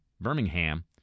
Birmingham